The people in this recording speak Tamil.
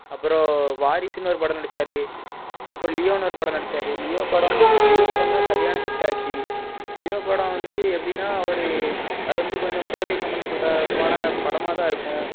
அப்புறம் வாரிசுன்னு ஒரு படம் நடிச்சார் இப்போது லியோன்னு ஒரு படம் நடிச்சார் லியோ படம் லியோ படம் தான் சரியான ஹிட் ஆச்சு லியோ படம் வந்து எப்படின்னா ஒரு அது வந்து கொஞ்சம் போதை சம்மந்தப்பட்டமான படமாக தான் இருக்கும்